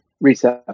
reset